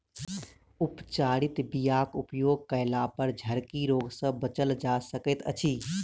उपचारित बीयाक उपयोग कयलापर झरकी रोग सँ बचल जा सकैत अछि